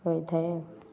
ହୋଇଥାଏ